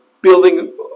building